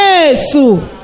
Jesus